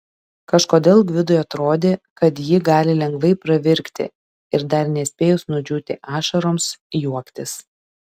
kažkodėl gvidui atrodė kad ji gali lengvai pravirkti ir dar nespėjus nudžiūti ašaroms juoktis